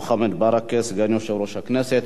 מוחמד ברכה, סגן יושב-ראש הכנסת.